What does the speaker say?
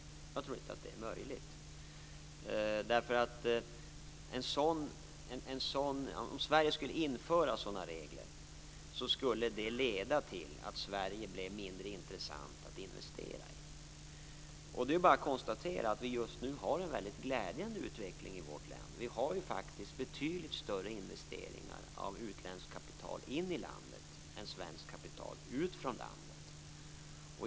Det tror jag inte är möjligt. Om Sverige skulle införa sådana regler skulle det leda till att Sverige blev mindre intressant att investera i. Det är bara att konstatera att vi just nu har en mycket glädjande utveckling i vårt land. Vi har faktiskt betydligt större investeringar av utländskt kapital i Sverige än av svenskt kapital i utlandet.